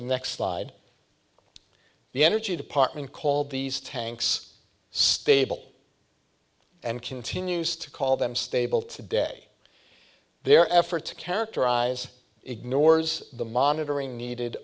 next slide the energy department called these tanks stable and continues to call them stable today their effort to characterize ignores the